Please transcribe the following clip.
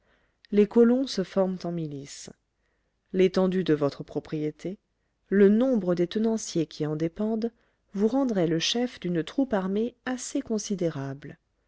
les colons se forment en milice l'étendue de votre propriété le nombre des tenanciers qui en dépendent vous rendraient le chef d'une troupe armée assez considérable